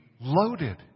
loaded